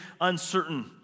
uncertain